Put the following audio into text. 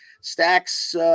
stacks